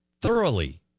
thoroughly